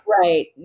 Right